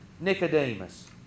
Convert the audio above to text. Nicodemus